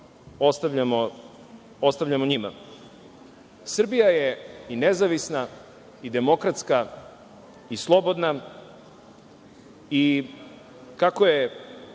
ostavljamo njima. Srbija je nezavisna, demokratska i slobodna